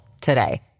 today